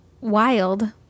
wild